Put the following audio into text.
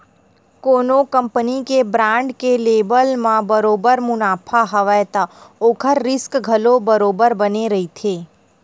कोनो कंपनी के बांड के लेवब म बरोबर मुनाफा हवय त ओखर रिस्क घलो बरोबर बने रहिथे